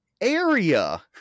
area